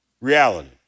reality